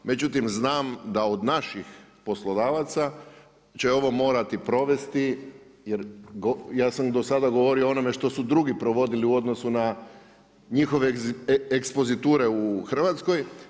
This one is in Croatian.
Međutim, znam da od naših poslodavaca će ovo morati provesti jer ja sam do sada govorio o onome što su drugi provodili u odnosu na njihove ekspoziture u hrvatskoj.